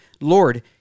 Lord